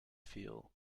feel